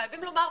חייבים לומר,